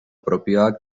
propioak